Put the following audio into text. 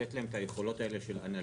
בלתת להם את היכולות האלה של אנליזה